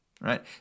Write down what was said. Right